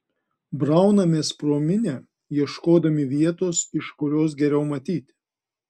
braunamės pro minią ieškodami vietos iš kurios geriau matyti